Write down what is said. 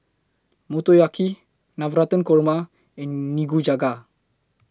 Motoyaki Navratan Korma and Nikujaga